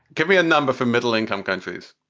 give me a number for middle income countries.